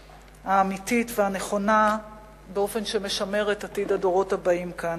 האמיתית והנכונה באופן שמשמר את עתיד הדורות הבאים כאן.